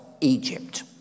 Egypt